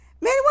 Man